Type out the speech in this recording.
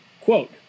Quote